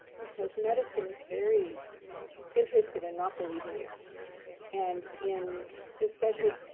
because medicine is very interested in not believing you and in especially